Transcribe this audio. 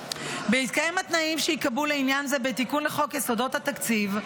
בהתקיים התנאים שייקבעו לעניין זה בתיקון לחוק יסודות התקציב,